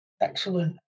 Excellent